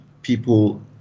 People